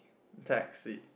taxi